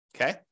okay